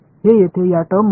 இந்த வெளிப்பாட்டில் உள்ளது